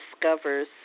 discovers